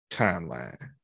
timeline